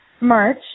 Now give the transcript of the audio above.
march